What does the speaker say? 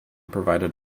provided